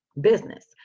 business